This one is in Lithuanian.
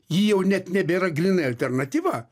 ji jau net nebėra grynai alternatyva